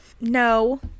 No